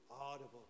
audible